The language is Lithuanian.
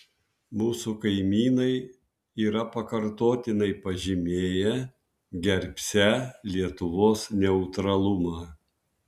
mūsų kaimynai yra pakartotinai pažymėję gerbsią lietuvos neutralumą